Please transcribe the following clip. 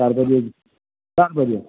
चार बजे चार बजे